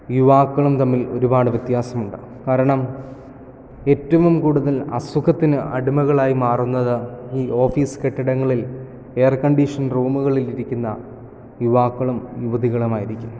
യുവാക്കളും തമ്മിൽ ഒരുപാട് വ്യത്യാസമുണ്ട് കാരണം ഏറ്റവും കൂടുതൽ അസുഖത്തിന് അടിമകളായി മാറുന്നത് ഈ ഓഫീസ് കെട്ടിടങ്ങളിൽ എയർ കണ്ടീഷൻ റൂമുകളിൽ ഇരിക്കുന്ന യുവാക്കളും യുവതികളുമായിരിക്കും